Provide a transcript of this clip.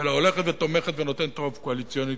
אלא הולכת ותומכת ונותנת רוב קואליציוני